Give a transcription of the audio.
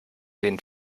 den